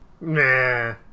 nah